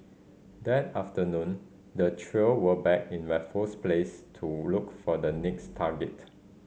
that afternoon the trio were back in Raffles Place to look for the next target